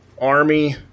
army